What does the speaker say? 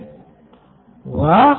professor वाह